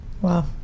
Wow